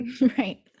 Right